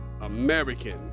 american